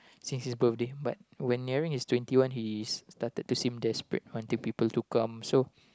since his birthday but when nearing his twenty one he started to seem desperate wanting people to come so